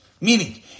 Meaning